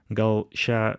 gal šią